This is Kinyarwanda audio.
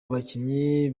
bakinyi